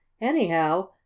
Anyhow